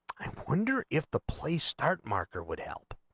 wonder if the place start marker would help